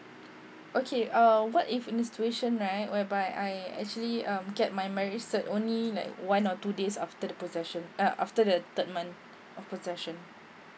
okay uh what if in a situation right whereby I actually um get my marriage cert only like one or two days after the possession uh after the third month of possession